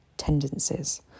Tendencies